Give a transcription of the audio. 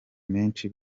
menshi